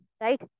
Right